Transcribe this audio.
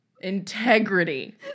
Integrity